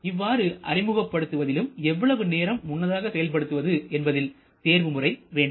இவ்வாறு அறிமுகப்படுத்துவதிலும் எவ்வளவு நேரம் முன்னதாக செயல்படுத்துவது என்பதில் தேர்வுமுறை வேண்டும்